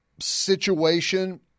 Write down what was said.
situation